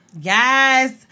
Yes